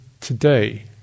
today